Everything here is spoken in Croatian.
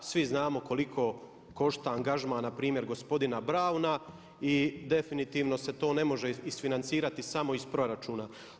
Svi znamo koliko košta angažman na primjer gospodina Brauna i definitivno se to ne može isfinancirati samo iz proračuna.